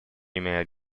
ими